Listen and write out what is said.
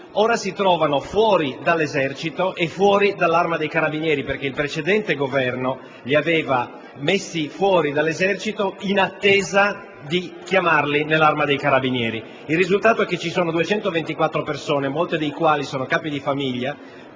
si trovano ora fuori dall'Esercito e fuori dall'Arma dei carabinieri, perché il precedente Governo li aveva fatti uscire dall'Esercito in attesa di chiamarli nell'Arma dei carabinieri. Il risultato è che ci sono 224 persone, molte delle quali capifamiglia,